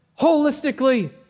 holistically